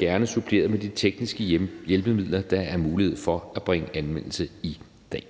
gerne suppleret med de tekniske hjælpemidler, der er mulighed for at bringe i anvendelse i dag.